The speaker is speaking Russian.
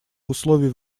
условий